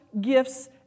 gifts